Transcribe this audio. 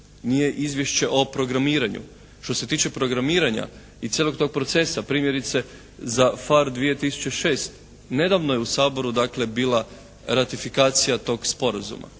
nije Izvješće o programiranju. Što se tiče programiranja i cijelog tog procesa primjerice za PHARE 2006. nedavno je u Saboru dakle bila ratifikacija tog sporazuma.